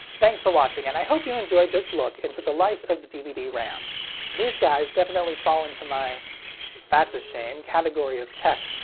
thanks for watching, and i hope you enjoyed this look into the life of dvd-ram. these guys definitely fall into my that's a shame category of tech,